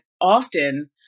often